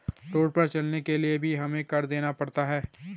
road पर चलने के लिए भी हमें कर देना पड़ता है